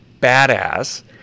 badass